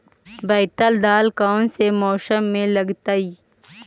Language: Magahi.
बैतल दाल कौन से मौसम में लगतैई?